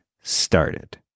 started